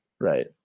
Right